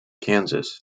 kansas